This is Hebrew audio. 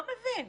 לא מבין,